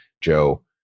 Joe